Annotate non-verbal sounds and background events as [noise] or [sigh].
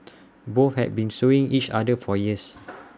[noise] both had been suing each other for years [noise]